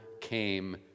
came